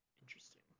Interesting